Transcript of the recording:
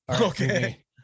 okay